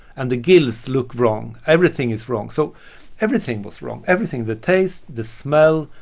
and the gills look wrong. everything is wrong. so everything was wrong, everything the taste, the smell,